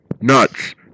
nuts